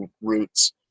routes